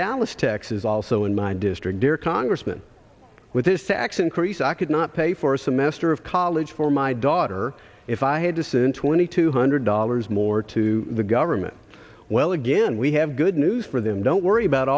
dallas texas also in my district dear congressman with this tax increase i could not pay for a semester of college for my daughter if i had to send twenty two hundred dollars more to the government well again we have good news for them don't worry about